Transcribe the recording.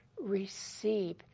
receive